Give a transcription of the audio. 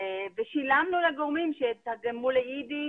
ושילמנו לגורמים שיתרגמו ליידיש